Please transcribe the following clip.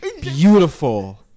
beautiful